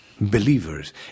Believers